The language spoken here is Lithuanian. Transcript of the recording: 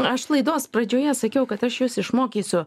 aš laidos pradžioje sakiau kad aš jus išmokysiu